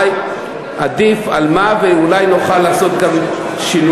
מה עדיף על מה, ואולי נוכל לעשות גם שינויים.